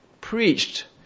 preached